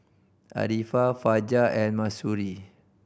Arifa Fajar and Mahsuri